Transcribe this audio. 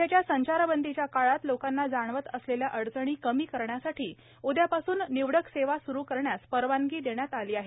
सध्याच्या संचारबंदीच्या काळात लोकांना जाणवत असलेल्या अडचणी कमी करण्यासाठी उद्यापासून निवडक सेवा स्रू करण्यास परवानगी देण्यात आली आहे